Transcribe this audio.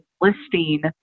listing